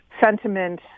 sentiment